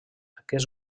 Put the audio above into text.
aquest